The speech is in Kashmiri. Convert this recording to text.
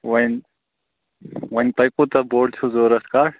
وۄنۍ وۄنۍ تۄہہِ کوتاہ بوٚڑ چھُو ضروٗرت کٹھ